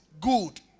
good